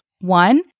One